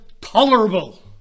tolerable